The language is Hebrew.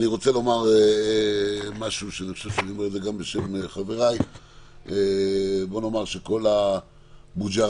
אני רוצה לומר בשמי ובשם חבריי שכל הבלגן